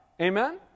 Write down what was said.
Amen